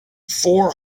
four